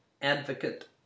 advocate